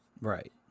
Right